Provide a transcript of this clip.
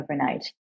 overnight